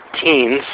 teens